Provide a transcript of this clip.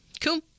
Cool